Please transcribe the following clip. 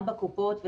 גם בקופות,